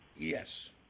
Yes